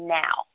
now